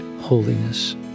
holiness